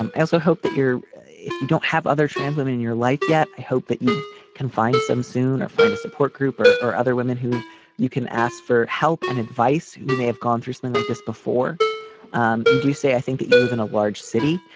um i also hope that you're if you don't have other trans women in your life yet. i hope that you can find some soon or find a support group or or other women who you can ask for help and advice who may have gone through something like this before um you do say i think that you live in a large city.